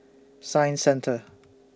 Science Centre